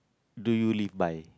do you live by